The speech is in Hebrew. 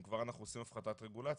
אם כבר אנחנו עושים הפחתת רגולציה,